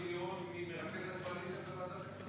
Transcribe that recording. ממרכז הקואליציה בוועדת הכספים.